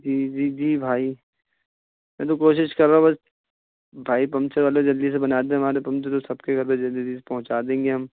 جی جی جی بھائی چلو کوشش کرو بس بھائی پمچر والے جلدی سے بنا دیں ہمارے پمچر تو سب کے گھر پہ جلدی جلدی سے پہنچا دیں گے ہم